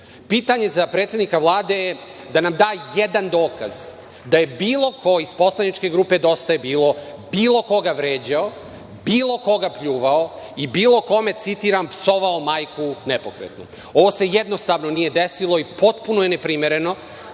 napada. Pitanje za predsednika Vlada je da nam da jedan dokaz da je bilo ko iz poslaničke grupe DJB bilo koga vređao, bilo koga pljuvao i bilo kome, citiram, „psovao majku nepokretnu“. Ovo se jednostavno nije desilo i potpuno je neprimereno